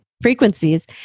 frequencies